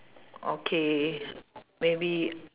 okay maybe